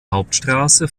hauptstrasse